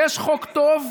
יש חוק טוב,